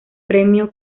premio